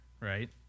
right